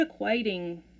equating